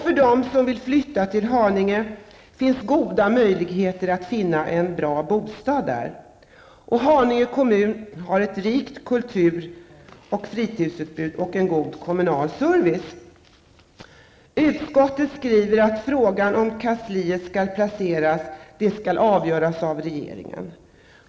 För dem som vill flytta till Haninge finns goda möjligheter att finna en bra bostad. Haninge kommun har ett rikt kultur och fritidsutbud samt en god kommunal service. Utskottet skriver att frågan om var kansliet skall placeras skall avgöras av regeringen.